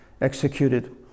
executed